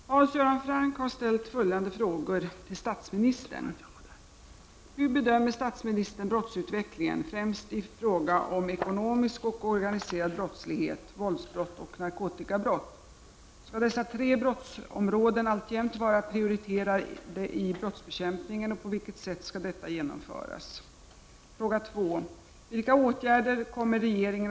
Herr talman! Hans Göran Franck har ställt följande frågor till statsministern: 1. Hur bedömer statsministern brottsutvecklingen, främst i fråga om ekonomisk och organiserad brottslighet, våldsbrott och narkotikabrott? Skall dessa tre brottsområden alltjämt vara prioriterade i brottsbekämpningen och på vilket sätt skall detta genomföras? 3.